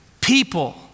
people